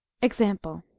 example